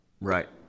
Right